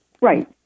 Right